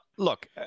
Look